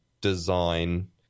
design